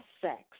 sex